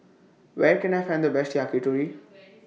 Where Can I Find The Best Yakitori